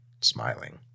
smiling